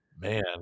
man